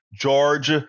George